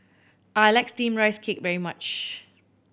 I like Steamed Rice Cake very much